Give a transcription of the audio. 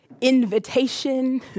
invitation